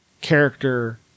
character